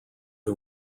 who